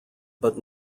but